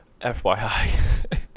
FYI